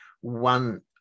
one